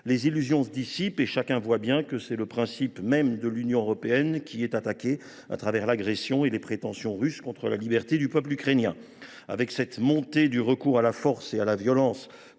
Les illusions se dissipent et chacun voit bien que c’est le principe même de l’Union européenne qui est attaqué au travers de l’agression et des prétentions russes contre la liberté du peuple ukrainien. Avec cette montée du recours à la force et à la violence